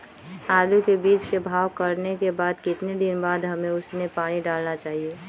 आलू के बीज के भाव करने के बाद कितने दिन बाद हमें उसने पानी डाला चाहिए?